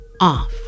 off